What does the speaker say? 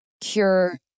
cure